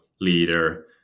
leader